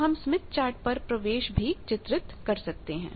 तो हम Smith chart पर प्रवेश admittanceएडमिटन्स भी चित्रित कर सकते हैं